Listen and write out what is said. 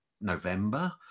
november